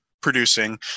producing